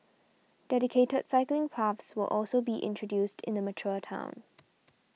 dedicated cycling paths will also be introduced in the mature town